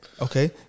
okay